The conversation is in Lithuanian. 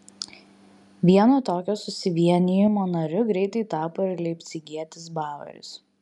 vieno tokio susivienijimo nariu greitai tapo ir leipcigietis baueris